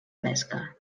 pesca